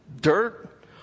dirt